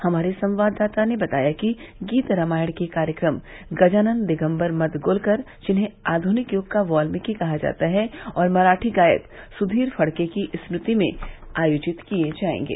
हमारे संवाददाता ने बताया है कि गीत रामायण के कार्यक्रम गजानन दिगम्बर मद ग्लकर जिन्हें आधनिक युग का वाल्मीकि कहा जाता है और मराठी गायक सुधीर फड़के की स्मृति में आयोजित किये जायेंगे